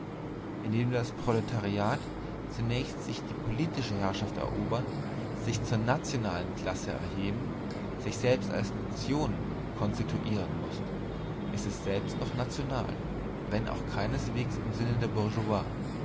indem das proletariat zunächst sich die politische herrschaft erobern sich zur nationalen klasse erheben sich selbst als nation konstituieren muß ist es selbst noch national wenn auch keineswegs im sinne der